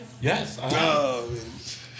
Yes